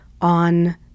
on